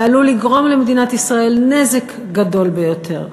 ועלול לגרום למדינת ישראל נזק גדול ביותר.